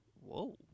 Whoa